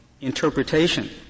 interpretation